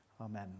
amen